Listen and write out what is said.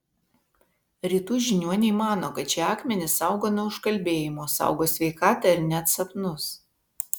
rytų žiniuoniai mano kad šie akmenys saugo nuo užkalbėjimo saugo sveikatą ir net sapnus